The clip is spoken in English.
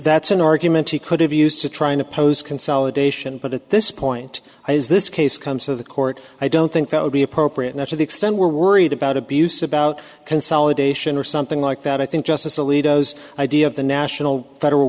that's an argument he could have used to try and oppose consolidation but at this point i use this case comes to the court i don't think that would be appropriate not to the extent we're worried about abuse about consolidation or something like that i think justice alito idea of the national federal